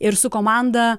ir su komanda